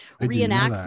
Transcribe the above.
reenact